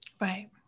Right